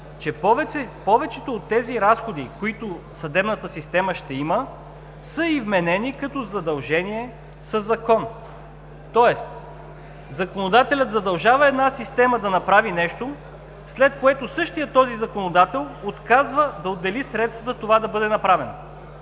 че повечето от тези разходи, които съдебната система ще има, са й вменени като задължение със закон. Тоест законодателят задължава една система да направи нещо, след което същият този законодател отказва да отдели средства това да бъде направено.